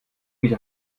nicht